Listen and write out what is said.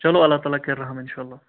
چلو اللہ تعالیٰ کَرِ رحم اِنشاء اللہ